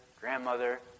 grandmother